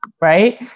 Right